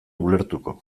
ulertuko